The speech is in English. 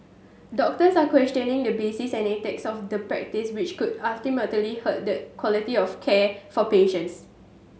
doctors are questioning the basis and ethics of the practice which could ultimately hurt the quality of care for patients